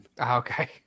Okay